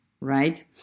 right